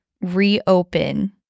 reopen